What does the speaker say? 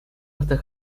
hasta